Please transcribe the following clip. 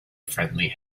friendly